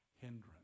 hindrance